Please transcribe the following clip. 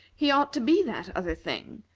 he ought to be that other thing,